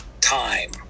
time